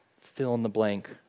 fill-in-the-blank